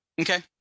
Okay